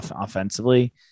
offensively